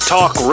Talk